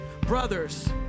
brothers